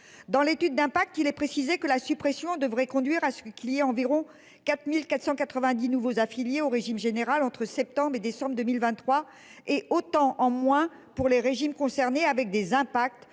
Dans l'étude d'impact, il est précisé que la suppression devrait conduire à ce qu'il y ait 4 490 nouveaux affiliés au régime général entre septembre et décembre 2023, et autant de moins pour les régimes concernés, qui